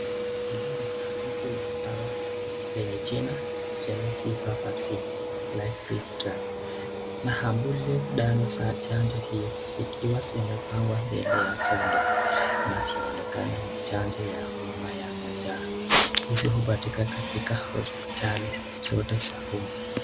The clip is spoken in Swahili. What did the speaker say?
Hili ni sanduku la dawa lenye jina yellow vaccine maambuli za chanjo hii zikiwa zimepangwa inaonekana ni chanjo ya homa ya malaria inapopatikana hospitali zote za umma.